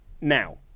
Now